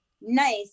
Nice